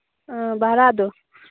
ꯑ ꯚꯔꯥꯗꯨ